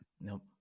Nope